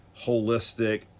holistic